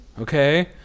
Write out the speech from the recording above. okay